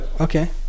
Okay